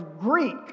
Greek